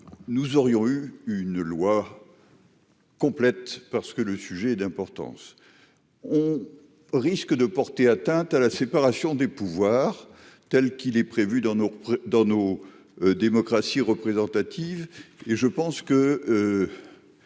nous aurions eu une loi. Voilà. Complète parce que le sujet est d'importance, on risque de porter atteinte à la séparation des pouvoirs tels qu'il est prévu dans nos dans nos démocraties représentatives et je pense que